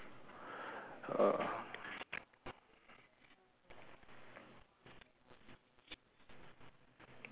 uh